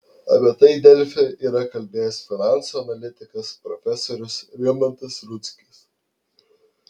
apie tai delfi yra kalbėjęs finansų analitikas profesorius rimantas rudzkis